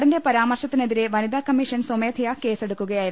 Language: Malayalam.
നടന്റെ പരാമർശത്തിനെതിരെ വനിതാകമ്മീഷൻ സ്വമേധയാ കേസെടുക്കു കയായിരുന്നു